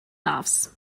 offs